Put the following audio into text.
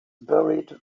buried